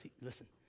listen